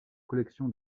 collection